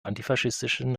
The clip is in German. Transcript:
antifaschistischen